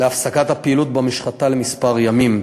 להפסקת הפעילות במשחטה כמה ימים.